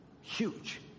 Huge